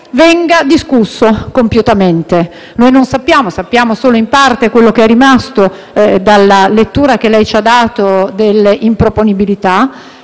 venga discusso compiutamente. Noi conosciamo solo in parte ciò che è rimasto dalla lettura che lei ci ha dato delle improponibilità,